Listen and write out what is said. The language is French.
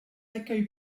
accueil